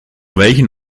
welchen